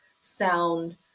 sound